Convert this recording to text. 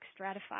stratify